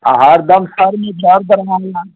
आ हरदम सर में दर्द रहा है ना